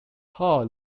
hall